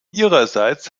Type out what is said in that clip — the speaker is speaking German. ihrerseits